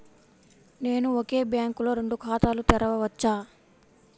నేను ఒకే బ్యాంకులో రెండు ఖాతాలు తెరవవచ్చా?